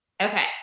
Okay